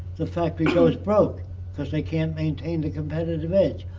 the factory goes broke because they can't maintain the competitive edge.